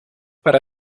per